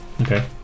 Okay